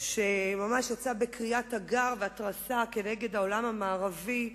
שממש יצאה בקריאת תיגר והתרסה נגד העולם המערבי.